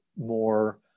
more